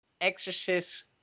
exorcist